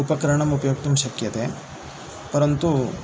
उपकरणम् उपयोक्तुं शक्यते परन्तु